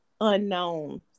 unknown